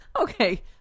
Okay